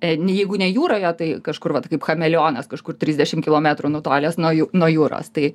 n jeigu ne jūroje tai kažkur vat kaip chameleonas kažkur trisdešimt kilometrų nutolęs nuo jų nuo jūros tai